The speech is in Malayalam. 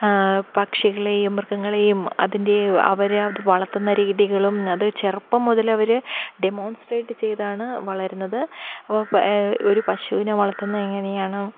പക്ഷികളെയും മൃഗങ്ങളെയും അതിൻ്റെ അവരെ അത് വളർത്തുന്ന രീതികളും അത് ചെറുപ്പം മുതൽ അവർ ഡെമോൺസ്ട്രേറ്റ് ചെയ്താണ് വളരുന്നത് അപ്പം ഒരു പശുവിനെ വളർത്തുന്നത് എങ്ങനെയാണ്